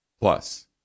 Plus